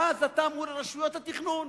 ואז אתה מול רשויות התכנון.